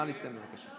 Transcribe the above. נא לסיים, בבקשה.